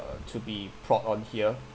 uh to be plot on here